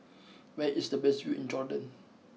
where is the best view in Jordan